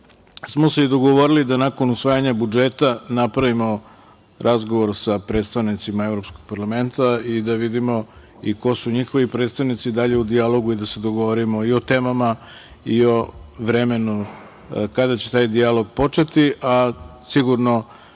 smo se i dogovorili da nakon usvajanja budžeta napravimo razgovor sa predstavnicima Evropskog parlamenta i da vidimo ko su njihovi predstavnici dalje u dijalogu i da se dogovorimo i o temama i o vremenu kada će taj dijalog početi a sigurno